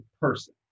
person